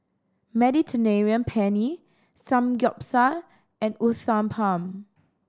Penne Samgeyopsal and Uthapam